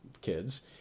kids